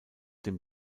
dem